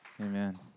Amen